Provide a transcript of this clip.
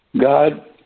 God